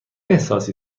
احساسی